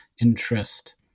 interest